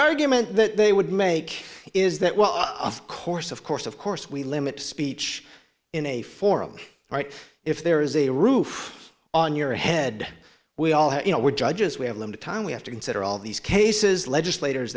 argument that they would make is that well of course of course of course we limit speech in a forum right if there is a roof on your head we all have you know we're judges we have limited time we have to consider all these cases legislators